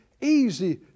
easy